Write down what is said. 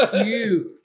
huge